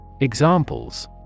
Examples